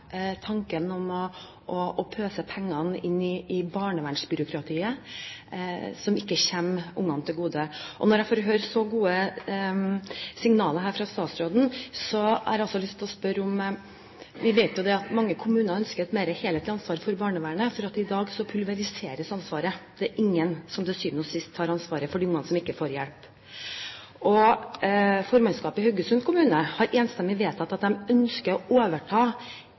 tanken om å pøse pengene inn i barnevernsbyråkratiet, som ikke kommer ungene til gode. Når jeg får gode signaler her fra statsråden, har jeg også lyst til å spørre om noe. Vi vet jo at mange kommuner ønsker et mer helhetlig ansvar for barnevernet, for i dag pulveriseres ansvaret. Det er ingen som til syvende og sist tar ansvar for de ungene som ikke får hjelp. Formannskapet i Haugesund kommune har enstemmig vedtatt at de ønsker å overta